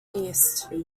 east